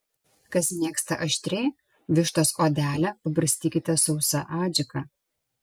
kas mėgsta aštriai vištos odelę pabarstykite sausa adžika